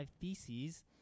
Theses